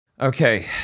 Okay